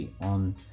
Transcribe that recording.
on